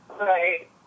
Right